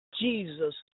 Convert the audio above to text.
Jesus